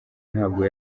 ntabwo